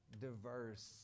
diverse